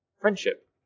friendship